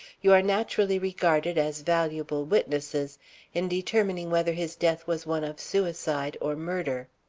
you are naturally regarded as valuable witnesses in determining whether his death was one of suicide or murder.